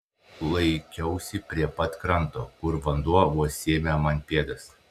laikiausi prie pat kranto kur vanduo vos sėmė man pėdas